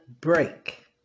break